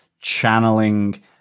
channeling